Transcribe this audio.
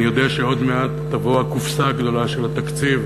ואני יודע שעוד מעט תבוא הקופסה הגדולה של התקציב,